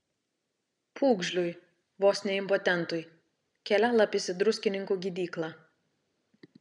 pūgžliui vos ne impotentui kelialapis į druskininkų gydyklą